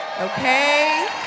okay